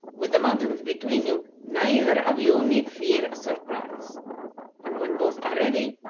with the mountains between you, neither of you need fear a surprise and when both are ready,